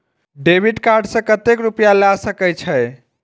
Debit card से कतेक रूपया ले सके छै?